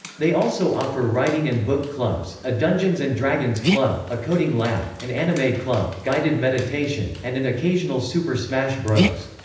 they also offer writing and book clubs, a dungeons and dragons club, a coding lab, an anime club, guided meditation, and an occasional super smash bros.